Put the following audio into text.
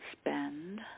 spend